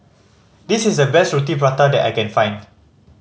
this is the best Roti Prata that I can find